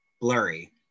Blurry